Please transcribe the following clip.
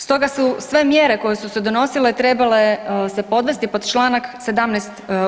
Stoga su sve mjere koje su se donosile trebale se podvesti pod članak 17.